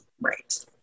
Right